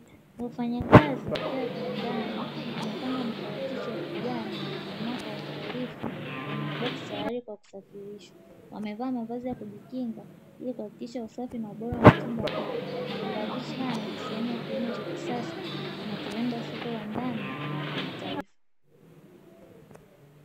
Wafanyakazi wakiwa kiwandani wamepanga maparachichi ya kijani, yaliyokoma kwa uangalifu kwenye maboksi, tayari kwa kusafirisha. Wamevaa mavazi ya kujikinga, ili kuhakikisha usafi na ubora wa matunda hayo. Maparachichi haya ni sehemu ya kilimo cha kisasa, kinacholenga soko landani na la kimataifa.